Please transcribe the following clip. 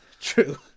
True